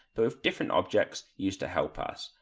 but with different objects used to help us,